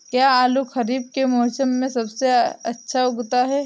क्या आलू खरीफ के मौसम में सबसे अच्छा उगता है?